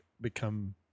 become